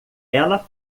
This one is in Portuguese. ela